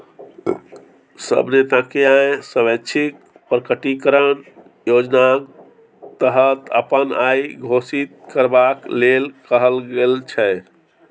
सब नेताकेँ आय स्वैच्छिक प्रकटीकरण योजनाक तहत अपन आइ घोषित करबाक लेल कहल गेल छै